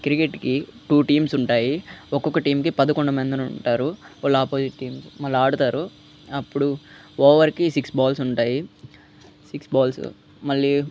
క్రికెట్కి two teams ఉంటాయి ఒక్కొక్క టీంకి పదకొండు మందిరి ఉంటారు వాళ్ళు ఆపోజిట్ టీమ్స్ మళ్ళా ఆడతారు అప్పుడు ఓవర్కి సిక్స్ బాల్స్ ఉంటాయి సిక్స్ బాల్స్ మళ్ళీ